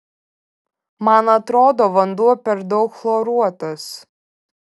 man atrodo vanduo per daug chloruotas